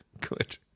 Good